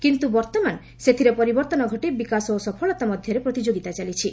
କିନ୍ତୁ ବର୍ତ୍ତମାନ ସେଥିରେ ପରିବର୍ତ୍ତନ ଘଟି ବିକାଶ ଓ ସଫଳତା ମଧ୍ୟରେ ପ୍ରତିଯୋଗିତା ଚାଲିଛି